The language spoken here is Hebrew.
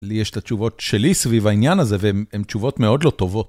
לי יש את התשובות שלי סביב העניין הזה, והן תשובות מאוד לא טובות.